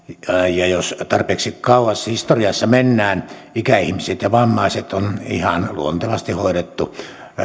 ja jos tarpeeksi kauas historiassa mennään ikäihmiset ja vammaiset on ihan luontevasti hoidettu